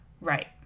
right